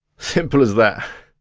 simple as that.